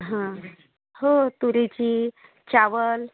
हं हो तुरीची चावल